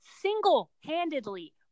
single-handedly